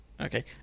Okay